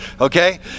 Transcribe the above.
okay